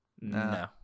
No